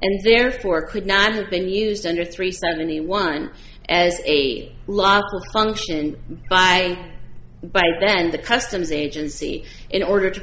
and therefore could not have been used under three seventy one as a lot of function by then the customs agency in order to